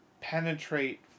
penetrate